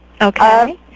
Okay